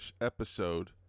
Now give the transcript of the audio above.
episode